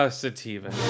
sativa